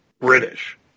British